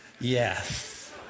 Yes